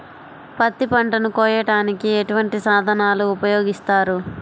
పత్తి పంటను కోయటానికి ఎటువంటి సాధనలు ఉపయోగిస్తారు?